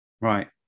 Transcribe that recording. Right